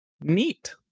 neat